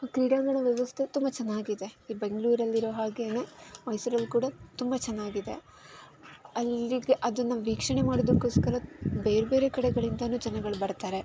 ಕ್ರೀಡಾಂಗಣ ವ್ಯವಸ್ಥೆ ತುಂಬ ಚೆನ್ನಾಗಿದೆ ಈ ಬೆಂಗ್ಳೂರಲ್ಲಿ ಇರೋ ಹಾಗೆಯೇ ಮೈಸೂರಲ್ಲಿ ಕೂಡ ತುಂಬ ಚೆನ್ನಾಗಿದೆ ಅಲ್ಲಿಗೆ ಅದನ್ನು ವೀಕ್ಷಣೆ ಮಾಡೋದಕ್ಕೋಸ್ಕರ ಬೇರೆ ಬೇರೆ ಕಡೆಗಳಿಂದಲೂ ಜನಗಳು ಬರ್ತಾರೆ